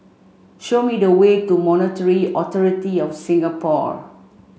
show me the way to Monetary Authority Of Singapore